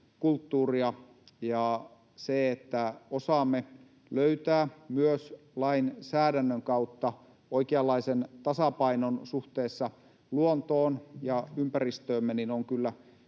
kulttuuria, ja se, että osaamme löytää myös lainsäädännön kautta oikeanlaisen tasapainon suhteessa luontoon ja ympäristöömme, on kyllä